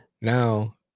Now